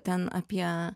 ten apie